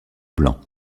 blanc